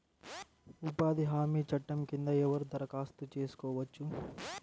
ఉపాధి హామీ చట్టం కింద ఎవరు దరఖాస్తు చేసుకోవచ్చు?